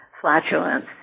flatulence